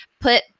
put